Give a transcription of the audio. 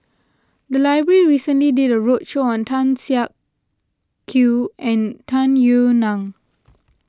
the library recently did a roadshow on Tan Siak Kew and Tung Yue Nang